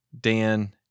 Dan